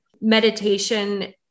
meditation